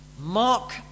mark